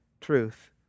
truth